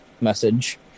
message